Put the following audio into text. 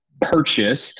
purchased